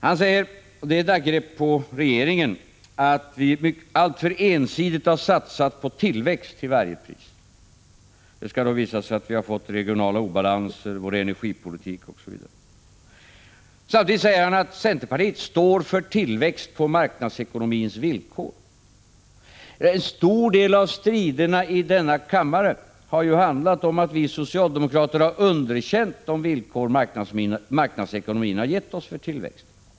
Han påstår för det första — och det är ett angrepp på regeringen — att vi alltför ensidigt har satsat på tillväxt till varje pris och att vi därigenom har fått en regional obalans och problem med energipolitiken, medan centern däremot står för tillväxt på marknadsekonomins villkor. Men en stor del av striderna i denna kammare har ju handlat om att vi socialdemokrater har underkänt marknadsekonomins villkor för tillväxt.